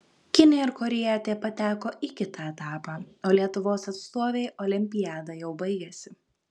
kinė ir korėjietė pateko į kitą etapą o lietuvos atstovei olimpiada jau baigėsi